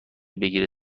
بگیره